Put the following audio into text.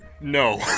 No